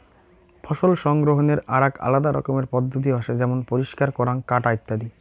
ফসল সংগ্রহনের আরাক আলাদা রকমের পদ্ধতি হসে যেমন পরিষ্কার করাঙ, কাটা ইত্যাদি